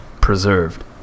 preserved